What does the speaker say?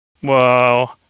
Whoa